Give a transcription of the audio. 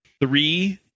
Three